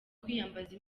kwiyambaza